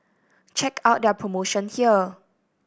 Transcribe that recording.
check out their promotion here